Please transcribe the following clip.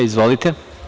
Izvolite.